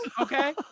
Okay